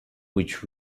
which